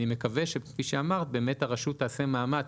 אני מקווה שכפי שאמרת באמת הרשות תעשה מאמץ